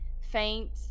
faint